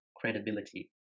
credibility